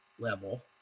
level